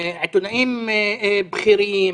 עיתונאים בכירים,